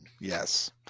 Yes